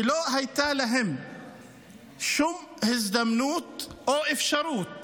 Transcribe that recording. שלא הייתה להם שום הזדמנות או אפשרות